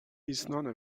ایسنا